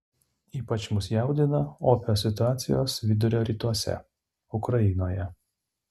ypač mus jaudina opios situacijos vidurio rytuose ukrainoje